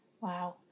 Wow